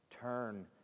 Turn